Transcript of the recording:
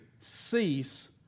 cease